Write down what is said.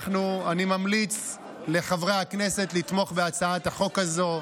אני ממליץ לחברי הכנסת לתמוך בהצעת החוק הזאת.